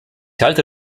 halte